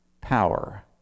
power